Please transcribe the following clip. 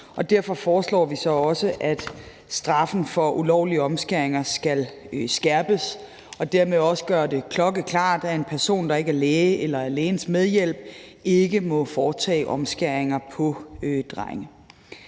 derfor foreslår vi så også, at straffen for ulovlige omskæringer skal skærpes, og at det dermed også gøres klokkeklart, at en person, der ikke er læge eller lægens medhjælp, ikke må foretage omskæringer på drenge.